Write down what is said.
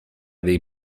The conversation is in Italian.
dei